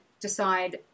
decide